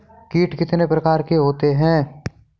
कीट कितने प्रकार के होते हैं?